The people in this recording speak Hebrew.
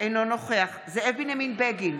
אינו נוכח זאב בנימין בגין,